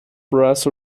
brass